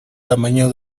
tamaño